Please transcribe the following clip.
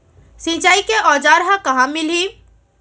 सिंचाई के औज़ार हा कहाँ मिलही?